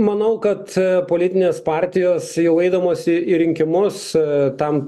manau kad politinės partijos jau eidamos į rinkimus tam